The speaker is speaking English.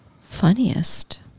funniest